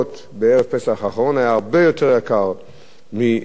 האחרון היה הרבה יותר יקר מבשנה שעברה.